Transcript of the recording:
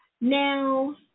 Now